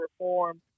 reform